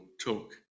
talk